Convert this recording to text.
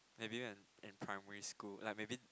maybe in in primary school like maybe